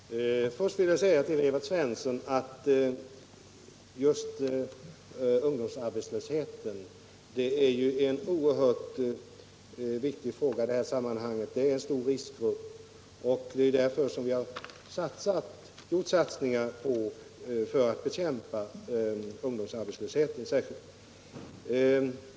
Herr talman! Jag vill börja med att säga till Evert Svensson att just ungdomsarbetslösheten är en oerhört viktig fråga i sammanhanget. Ungdomen är en stor riskgrupp. Det är därför vi har gjort satsningar för att bekämpa särskilt ungdomsarbetslösheten.